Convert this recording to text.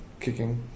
Kicking